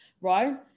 right